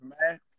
man